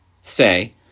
say